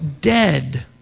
dead